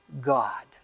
God